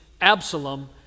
absalom